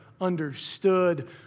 understood